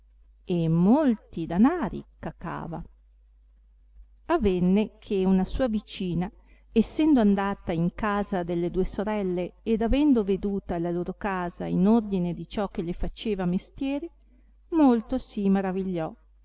e molti danari cacava avenne che una sua vicina essendo andata in casa delle due sorelle ed avendo veduta la loro casa in ordine di ciò che le faceva mestieri molto si maravigliò